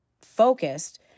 focused